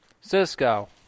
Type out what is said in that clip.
Cisco